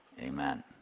amen